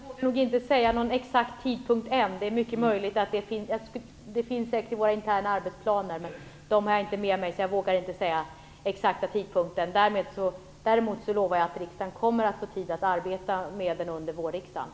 Fru talman! Jag vågar inte säga någon exakt tidpunkt än. Det finns säkert i våra interna arbetsplaner, med dem har jag inte med mig, så jag vågar inte ange den exakta tidpunkten. Däremot lovar jag att riksdagen kommer att få tid att arbeta med det under vårriksdagen.